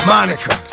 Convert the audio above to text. Monica